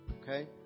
Okay